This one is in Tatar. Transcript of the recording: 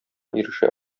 ирешә